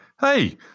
Hey